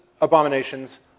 abominations